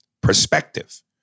perspective